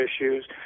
issues